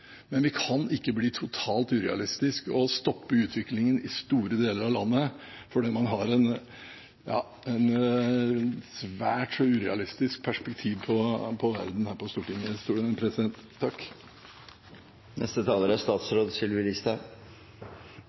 Men vi kan ikke bli totalt urealistiske og stoppe utviklingen i store deler av landet – fordi om noen her på Stortinget har et svært urealistisk perspektiv på verden. Jeg må si at jeg reagerer på